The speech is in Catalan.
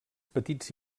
petits